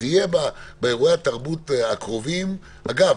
אז יהיו באירועי התרבות הקרובים אגב,